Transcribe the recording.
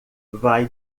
vai